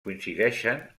coincideixen